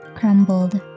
crumbled